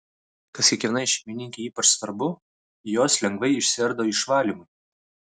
kas kiekvienai šeimininkei ypač svarbu jos lengvai išsiardo išvalymui